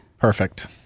Perfect